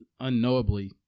unknowably